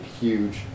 huge